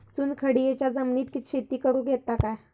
चुनखडीयेच्या जमिनीत शेती करुक येता काय?